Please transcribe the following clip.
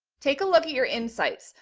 take a look at your insights.